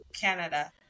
Canada